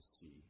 see